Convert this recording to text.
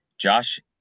josh